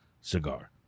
cigar